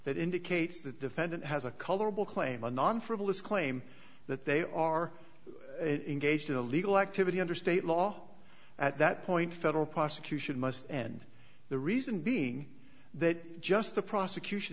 that indicates that the fed has a colorable claim a non frivolous claim that they are in gauged illegal activity under state law at that point federal prosecution must and the reason being that just the prosecution